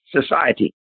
society